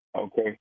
Okay